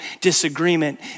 disagreement